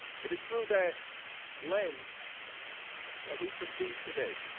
it is through that lens that we proceed today